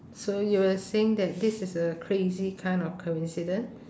so you were saying that this is a crazy kind of coincidence